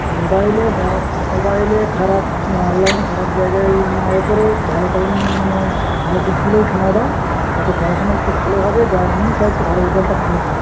মোবাইলে বা মোবাইলে খারাপ অনলাইনে খারাপ জায়গায় না এ করে ভালো টাইম মানে ভালো দিকগুলোয় সময় দাও তাতে পড়াশোনা একটু ভালো হবে যা আমিও চাই একটু ভালো রেজাল্টটা ভালো হয়